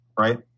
right